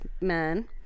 man